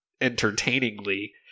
entertainingly